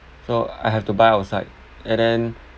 so I have to buy outside and then